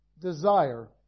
desire